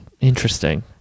Interesting